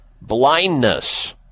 Blindness